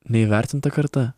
neįvertinta karta